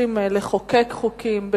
צריכים לחוקק חוקים,